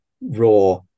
raw